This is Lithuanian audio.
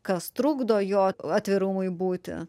kas trukdo jo atvirumui būti